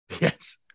Yes